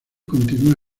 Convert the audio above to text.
continúa